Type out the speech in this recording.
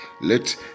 Let